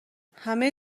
همه